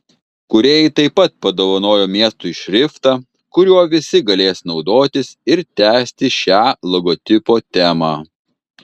kūrėjai taip pat padovanojo miestui šriftą kuriuo visi galės naudotis ir tęsti šią logotipo temą